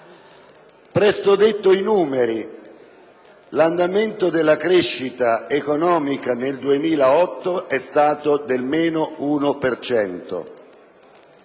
presto detti: l'andamento della crescita economica nel 2008 è stato del meno 1